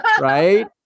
Right